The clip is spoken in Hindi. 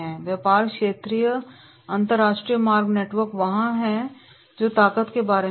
व्यापक क्षेत्रीय और अंतर्राष्ट्रीय मार्ग नेटवर्क वहाँ है जो ताकत के बारे में है